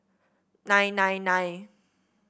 nine nine nine